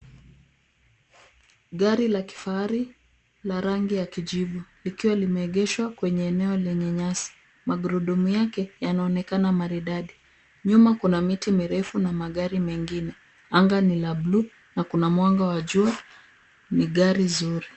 Gari la kifahari la rangi ya kijivu likiwa limeegeshwa kwenye eneo lenye nyasi. Magurudumu yake yanaonekana maridadi. Nyuma kuna miti mirefu na magari mengine. Anga ni la blue na kuna mwanga wa jua. Ni gari zuri.